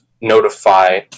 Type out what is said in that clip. notify